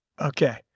Okay